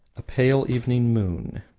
a pale evening moon.